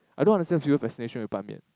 I don't understand people's fascination with Ban-Mian